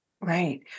right